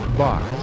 box